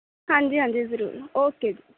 ਹਾਂਜੀ ਹਾਂਜੀ ਜ਼ਰੂਰ ਓਕੇ ਜੀ